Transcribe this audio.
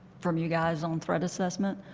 from you guys on threat assessment,